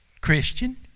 Christian